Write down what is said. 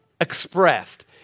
expressed